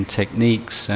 techniques